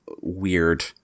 weird